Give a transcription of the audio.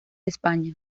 españa